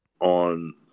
on